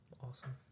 Awesome